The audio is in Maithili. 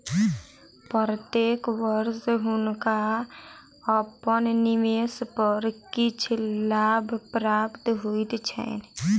प्रत्येक वर्ष हुनका अपन निवेश पर किछ लाभ प्राप्त होइत छैन